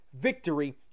victory